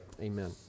Amen